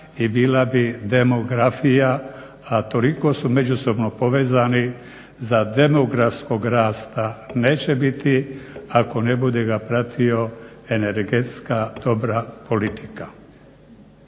i bila bi demografija, a toliko su međusobno povezani da demografskog rasta neće biti ako ne bude ga pratio energetska dobra politika.